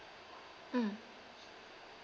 mm